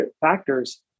factors